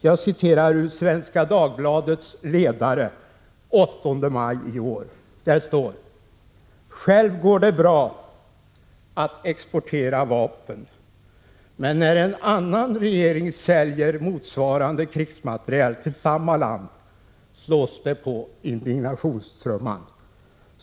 Jag citerar ur Svenska Dagbladets ledare den 8 maj: ”Själv går det bra att exportera vapen men när en annan regering säljer motsvarande krigsmateriel till samma land slås det på indignationstrumman.